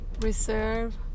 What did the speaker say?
Reserve